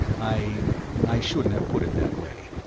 i i shouldn't have put it that way.